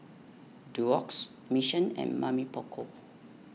Doux Mission and Mamy Poko